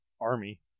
army